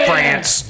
France